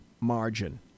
margin